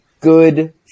good